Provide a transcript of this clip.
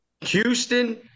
Houston